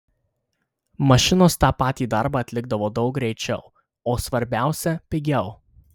mašinos tą patį darbą atlikdavo daug greičiau o svarbiausia pigiau